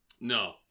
No